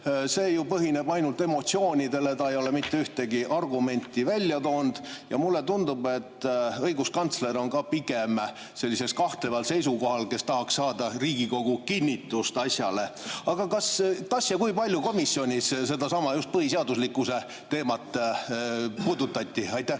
põhineb ainult emotsioonidel, ta ei ole mitte ühtegi argumenti välja toonud. Ja mulle tundub, et õiguskantsler on ka pigem kahtleval seisukohal ja tahaks saada Riigikogu kinnitust asjale. Aga kas ja kui palju komisjonis just sedasama põhiseaduslikkuse teemat puudutati? Aitäh,